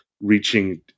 reaching